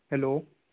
hello